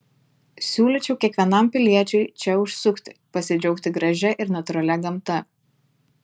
siūlyčiau kiekvienam piliečiui čia užsukti pasidžiaugti gražia ir natūralia gamta